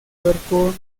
cuerpo